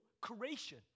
creation